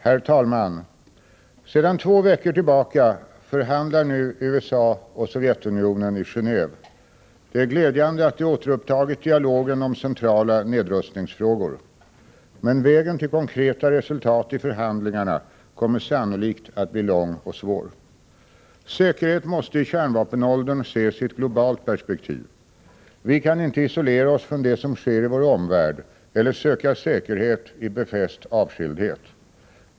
Herr talman! Sedan två veckor tillbaka förhandlar nu USA och Sovjetunionen i Geneve. Det är glädjande att de återupptagit dialogen om centrala nedrustningsfrågor. Men vägen till konkreta resultat i förhandlingarna kommer sannolikt att bli lång och svår. Säkerhet måste i kärnvapenåldern ses i ett globalt perspektiv. Vi kan inte isolera oss från det som sker i vår omvärld eller söka säkerhet i befäst avskildhet.